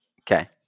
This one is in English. Okay